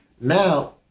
now